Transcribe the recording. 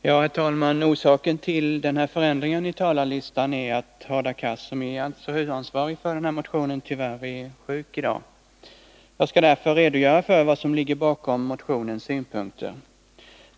Herr talman! Orsaken till ändringen på talarlistan är att Hadar Cars, som är huvudansvarig för motionen 1980/81:1387, tyvärr är sjuk i dag. Jag skall därför redogöra för vad som ligger bakom motionens synpunkter.